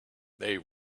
they